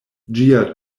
ĝia